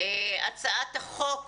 הצעת החוק